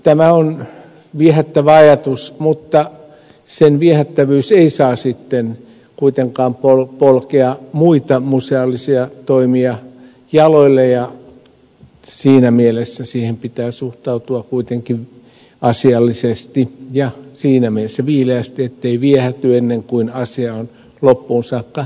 tämä on viehättävä ajatus mutta sen viehättävyys ei saa sitten kuitenkaan polkea muita museaalisia toimia jaloille ja siinä mielessä siihen pitää suhtautua kuitenkin asiallisesti ja siinä mielessä viileästi ettei viehäty ennen kuin asia on loppuun saakka mietitty